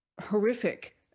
horrific